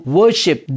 worship